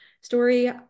story